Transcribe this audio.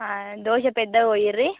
దోశ పెద్దగా పొయ్యుర్రి